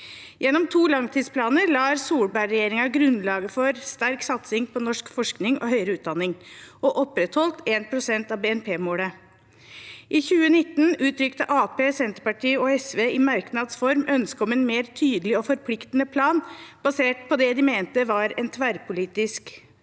Gjennom to langtidsplaner la Solberg-regjeringen grunnlaget for sterk satsing på norsk forskning og høyere utdanning og opprettholdt 1 pst. av BNP-målet. I 2019 uttrykte Arbeiderpartiet, Senterpartiet og SV i merknads form et ønske om en mer tydelig og forpliktende plan, basert på det de mente var en tverrpolitisk